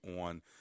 on